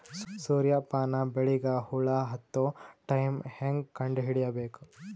ಸೂರ್ಯ ಪಾನ ಬೆಳಿಗ ಹುಳ ಹತ್ತೊ ಟೈಮ ಹೇಂಗ ಕಂಡ ಹಿಡಿಯಬೇಕು?